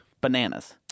bananas